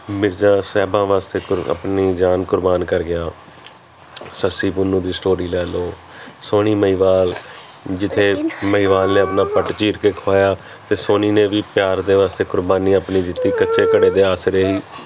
ਮਿਰਜਾ ਸਾਹਿਬਾਂ ਵਾਸਤੇ ਕੁ ਆਪਣੀ ਜਾਨ ਕੁਰਬਾਨ ਕਰ ਗਿਆ ਸੱਸੀ ਪੁੰਨੂ ਦੀ ਸਟੋਰੀ ਲੈ ਲਓ ਸੋਹਣੀ ਮਹੀਂਵਾਲ ਜਿੱਥੇ ਮਹੀਵਾਲ ਨੇ ਆਪਣਾ ਪੱਟ ਚੀਰ ਕੇ ਖਵਾਇਆ ਅਤੇ ਸੋਹਣੀ ਨੇ ਵੀ ਪਿਆਰ ਦੇ ਵਾਸਤੇ ਕੁਰਬਾਨੀਆਂ ਆਪਣੀ ਦਿੱਤੀ ਕੱਚੇ ਘੜੇ ਦੇ ਆਸਰੇ ਹੀ